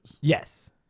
yes